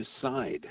decide